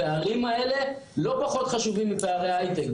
הפערים האלה לא פחות חשובים מפערי ההייטק.